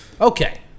Okay